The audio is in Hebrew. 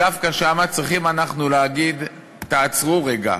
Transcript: דווקא שם צריכים אנחנו להגיד: תעצרו רגע.